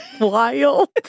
wild